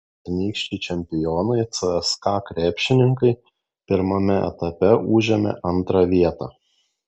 pernykščiai čempionai cska krepšininkai pirmame etape užėmė antrą vietą